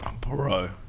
Bro